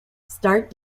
start